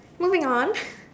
moving on